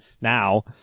Now